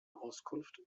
auskunft